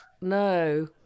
No